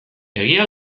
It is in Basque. egia